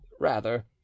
Rather